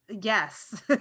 yes